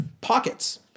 pockets